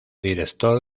director